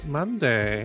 Monday